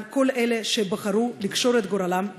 על כל אלה שבחרו לקשור את גורלם בעמנו.